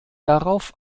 darauf